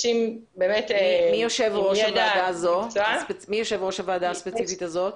מי יושב-ראש הוועדה הספציפית הזאת?